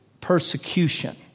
persecution